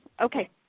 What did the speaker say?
Okay